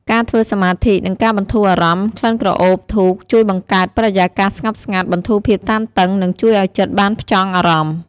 ការធ្វើសមាធិ និងការបន្ធូរអារម្មណ៍ ក្លិនក្រអូបធូបជួយបង្កើតបរិយាកាសស្ងប់ស្ងាត់ បន្ធូរភាពតានតឹង និងជួយឱ្យចិត្តបានផ្ចង់អារម្មណ៍។